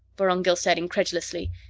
vorongil said incredulously.